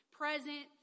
present